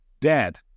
dad